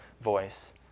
voice